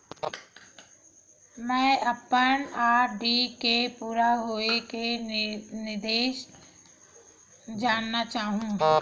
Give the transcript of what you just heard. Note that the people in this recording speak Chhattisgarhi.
मैं अपन आर.डी के पूरा होये के निर्देश जानना चाहहु